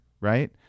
right